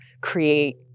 create